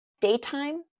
Daytime